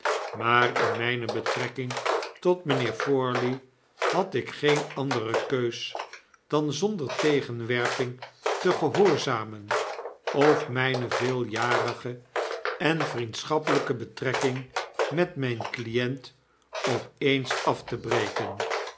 maar in myne betrekking tot mynheer forley had ik geen andere keus dan zonder tegenwerping te gehoorzamen of myne veeljarige en vriendschappelijke betrekking met myn client op eens af te breken